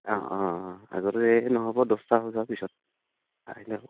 অঁ অঁ অঁ আগতে নহ'ব দহটা বজাৰ পিছত আহিলে হ'ব